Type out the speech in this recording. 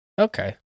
Okay